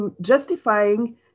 justifying